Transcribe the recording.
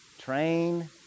train